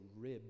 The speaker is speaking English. rib